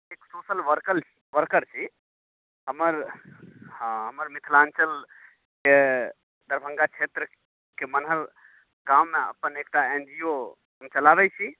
एक social worker worker छी हमर हँ हमर मिथिलाञ्चलके दरभङ्गा क्षेत्रके मनहर गाममे अपन एकटा एन जी ओ के चलाबैत छी